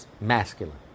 masculine